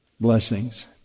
blessings